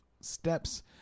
steps